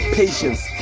patience